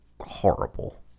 horrible